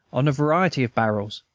on a variety of barrels,